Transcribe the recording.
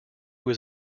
was